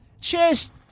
Cheers